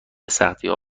سختیها